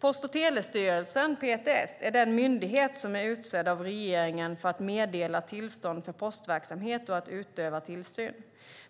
Post och telestyrelsen, PTS, är den myndighet som är utsedd av regeringen för att meddela tillstånd för postverksamhet och att utöva tillsyn.